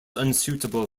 unsuitable